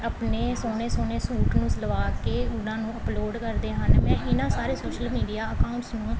ਆਪਣੇ ਸੋਹਣੇ ਸੋਹਣੇ ਸੂਟ ਨੂੰ ਸਿਲਵਾ ਕੇ ਉਹਨਾਂ ਨੂੰ ਅਪਲੋਡ ਕਰਦੇ ਹਨ ਮੈਂ ਇਹਨਾਂ ਸਾਰੇ ਸ਼ੋਸ਼ਲ ਮੀਡੀਆ ਅਕਾਊਂਟਸ ਨੂੰ